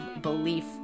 belief